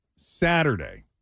Saturday